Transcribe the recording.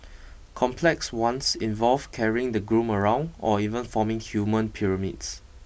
complex ones involve carrying the groom around or even forming human pyramids